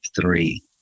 three